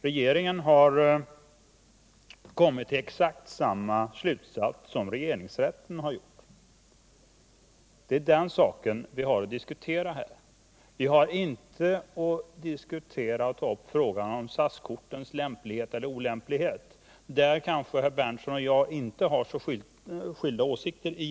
Regeringen har kommit till exakt samma slutsats som regeringsrätten. Det är den saken vi har att diskutera. Vi har inte att diskutera eller att ta upp frågan om SAS-kortens lämplighet eller olämplighet, där kanske herr Berndtson och jag egentligen inte har så skilda åsikter.